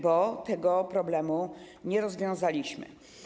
Bo tego problemu nie rozwiązaliśmy.